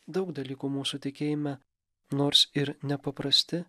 daug dalykų mūsų tikėjime nors ir ne paprasti